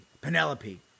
Penelope